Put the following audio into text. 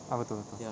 ah betul betul